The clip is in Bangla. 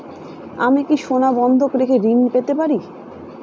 আমি কি সোনা বন্ধক রেখে ঋণ পেতে পারি?